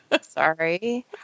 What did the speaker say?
Sorry